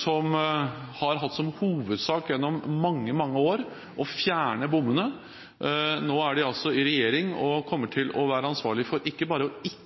som har hatt som hovedsak gjennom mange, mange år å fjerne bommene. Nå er de altså i regjering og kommer til å være ansvarlig for ikke bare å